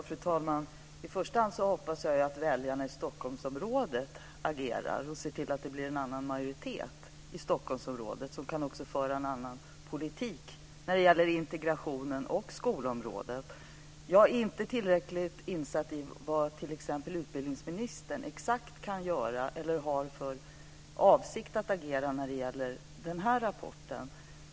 Fru talman! I första hand hoppas jag att väljarna i Stockholmsområdet agerar och ser till att det blir en annan majoritet i Stockholmsområdet som också kan föra en annan politik när det gäller integrationen och skolområdet. Jag är inte tillräckligt insatt i vad t.ex. utbildningsministern exakt kan göra eller har för avsikt att agera när det gäller den här rapporten.